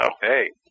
Hey